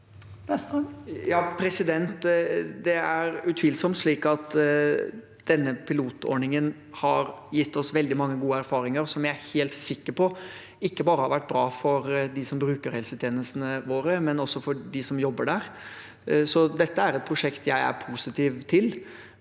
Det er utvilsomt slik at denne pilotordningen har gitt oss veldig mange gode erfaringer som jeg er helt sikker på ikke har vært bare bra for dem som bruker helsetjenestene våre, men også for dem som jobber der. Dette er et prosjekt jeg er positiv til,